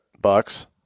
bucks